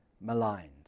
maligned